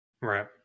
right